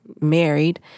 married